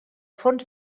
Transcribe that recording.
fons